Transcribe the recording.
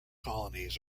colonies